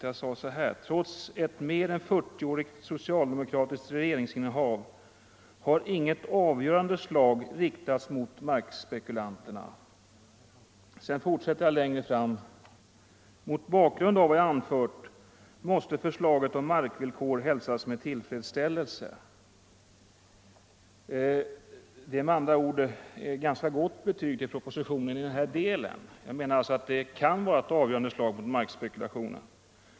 Jag framhöll: ”Trots ett mer än 40-årigt socialdemokratiskt regeringsinnehav har inget avgörande slag riktats mot markspekulanterna.” Litet längre fram fortsatte jag: ”Mot bakgrund av vad jag anfört måste förslaget om markvillkor hälsas med tillfredsställelse.” Det är med andra ord ett ganska gott betyg åt propositionen i denna del. Villkoret kan vara ett avgörande slag mot markspekulation.